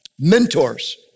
Mentors